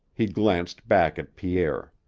he glanced back at pierre.